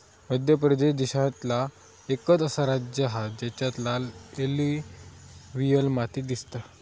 मध्य प्रदेश देशांतला एकंच असा राज्य हा जेच्यात लाल एलुवियल माती दिसता